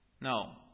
No